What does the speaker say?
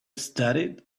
studied